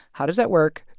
how does that work?